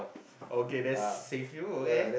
okay that's save you okay